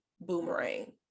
Boomerang